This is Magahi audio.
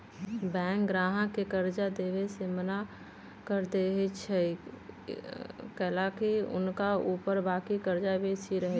बैंक गाहक के कर्जा देबऐ से मना सएहो कऽ देएय छइ कएलाकि हुनका ऊपर बाकी कर्जा बेशी रहै छइ